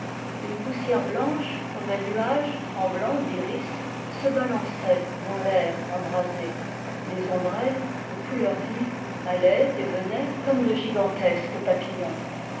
une poussière blanche comme un nuage tremblant d'iris se balançait dans l'air embrasé les ombrelles aux couleurs vives allaient et venaient comme de gigantesques